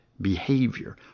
behavior